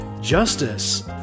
Justice